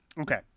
Okay